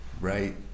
Right